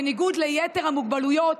בניגוד ליתר המוגבלויות,